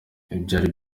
ibyari